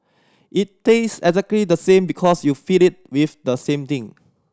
it tastes exactly the same because you feed it with the same thing